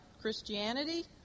christianity